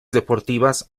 deportivas